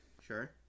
Sure